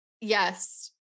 Yes